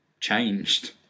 changed